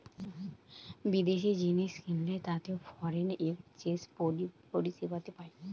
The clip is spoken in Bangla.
বিদেশি জিনিস কিনলে তাতে ফরেন এক্সচেঞ্জ পরিষেবাতে পায়